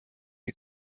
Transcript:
you